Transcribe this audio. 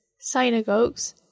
synagogues